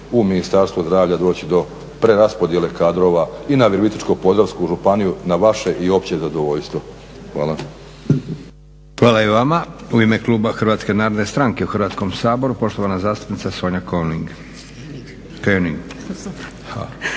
u Ministarstvu zdravlja doći do preraspodjele kadrova i na Virovitičko-podravsku županiju na vaše i opće zadovoljstvo. Hvala. **Leko, Josip (SDP)** Hvala i vama. U ime kluba Hrvatske narodne stranke u Hrvatskom saboru poštovana zastupnica Sonja Köning. **König,